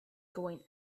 going